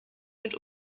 mit